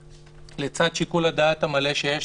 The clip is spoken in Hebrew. ולצד שיקול הדעת המלא שיש,